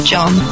John